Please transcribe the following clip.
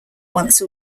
once